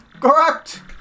Correct